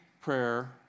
prayer